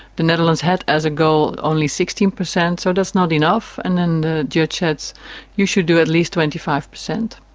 the netherlands had as a goal only sixteen percent, so that's not enough, and then the judge says you should do at least twenty five percent.